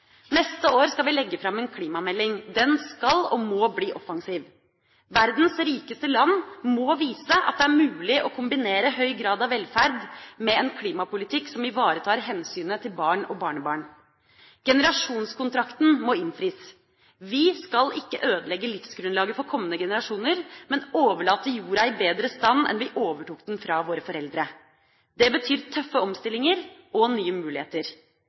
Neste år skal vi legge fram en klimamelding. Den skal og må bli offensiv. Verdens rikeste land må vise at det er mulig å kombinere høy grad av velferd med en klimapolitikk som ivaretar hensynet til barn og barnebarn. Generasjonskontrakten må innfris: Vi skal ikke ødelegge livsgrunnlaget for kommende generasjoner, men overlate jorda i bedre stand enn vi overtok den fra våre foreldre. Det betyr tøffe omstillinger og nye muligheter.